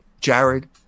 Jared